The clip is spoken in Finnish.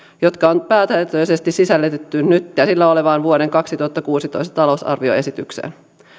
jotka on pääsääntöisesti sisällytetty nyt käsillä olevaan vuoden kaksituhattakuusitoista talousarvioesitykseen